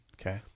Okay